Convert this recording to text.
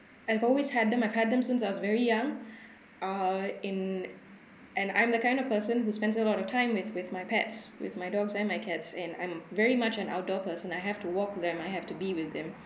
I've always had them I've had them since I was very young uh in and I'm the kind of person who spends a lot of time with with my pets with my dogs and my cats and I'm very much an outdoor person I have to walk them I have to be with them